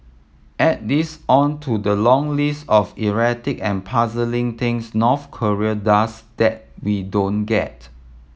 add this on to the long list of erratic and puzzling things North Korea does that we don't get